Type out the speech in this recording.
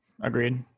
Agreed